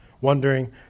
wondering